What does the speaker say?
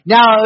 Now